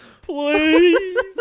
please